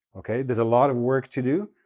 okay? there's a lot of work to do,